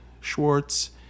Schwartz